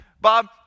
Bob